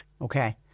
Okay